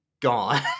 gone